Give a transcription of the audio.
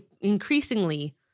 increasingly